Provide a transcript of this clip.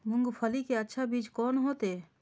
मूंगफली के अच्छा बीज कोन होते?